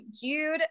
Jude